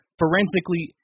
forensically